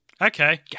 Okay